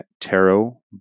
Tarot